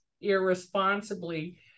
irresponsibly